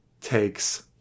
takes